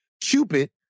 Cupid